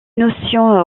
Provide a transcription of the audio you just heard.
notion